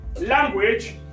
language